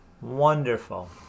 Wonderful